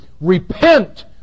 Repent